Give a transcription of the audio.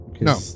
No